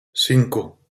cinco